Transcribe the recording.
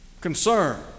concern